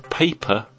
paper